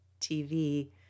TV